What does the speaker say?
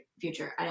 future